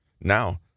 Now